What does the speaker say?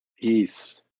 Peace